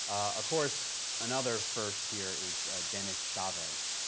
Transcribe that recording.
of course, another first here is dennis chavez,